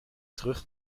terug